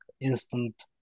instant